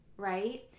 right